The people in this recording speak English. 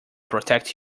protect